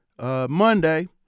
Monday